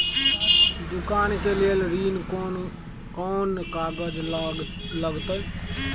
दुकान के लेल ऋण कोन कौन कागज लगतै?